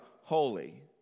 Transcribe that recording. holy